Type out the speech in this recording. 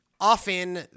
often